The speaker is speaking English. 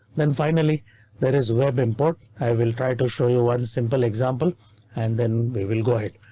then finally there is web import. i will try to show you one simple example and then we will go ahead.